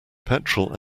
petrol